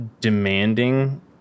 demanding